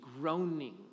groaning